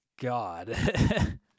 God